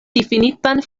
difinitan